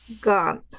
god